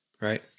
Right